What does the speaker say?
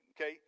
Okay